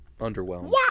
underwhelmed